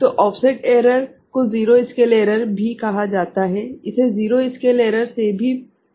तो offset error को zero scale error भी कहा जाता है इसे ज़ीरो स्केल एरर से भी जाना जाता है